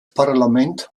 parlament